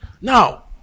Now